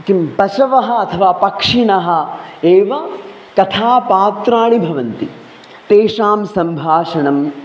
किं पशवः अथवा पक्षिणः एव कथापात्राणि भवन्ति तेषां सम्भाषणम्